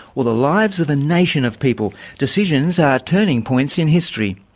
or the lives of a nation of people, decisions are turning points in history.